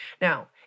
Now